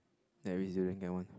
one